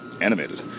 animated